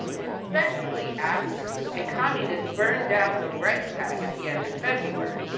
especially, after a communist burned down the reichstag, at the end of february.